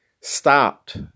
stopped